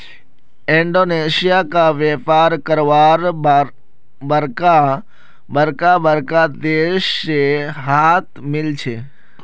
Indonesia क व्यापार करवार बरका बरका देश से साथ मिल छे